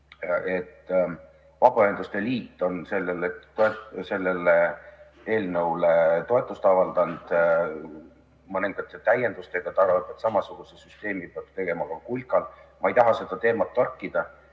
Vabaühenduste Liit on sellele eelnõule toetust avaldanud, mõningate täiendustega küll. Ta arvab, et samasuguse süsteemi peaks tegema ka kulkale. Ma ei taha seda teemat torkida,